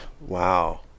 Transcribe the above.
Wow